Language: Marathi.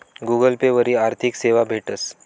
गुगल पे वरी आर्थिक सेवा भेटस